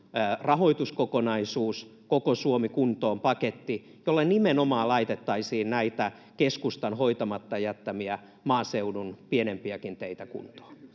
rahoituskokonaisuus, Koko Suomi kuntoon ‑paketti, jolla nimenomaan laitettaisiin näitä keskustan hoitamatta jättämiä maaseudun pienempiäkin teitä kuntoon.